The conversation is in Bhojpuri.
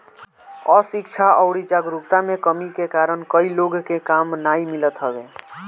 अशिक्षा अउरी जागरूकता में कमी के कारण कई लोग के काम नाइ मिलत हवे